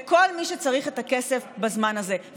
לכל מי שצריך את הכסף בזמן הזה.